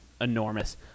enormous